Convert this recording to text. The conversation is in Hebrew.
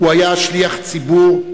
הוא היה שליח ציבור,